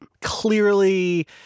clearly